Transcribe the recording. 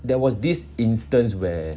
there was this instance where